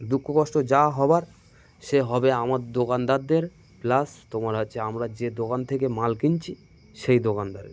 দুঃখ কষ্ট যা হবার সে হবে আমার দোকানদারদের প্লাস তোমার হচ্ছে আমরা যে দোকান থেকে মাল কিনছি সেই দোকানদারের